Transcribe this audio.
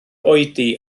oedi